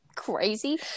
crazy